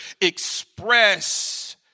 express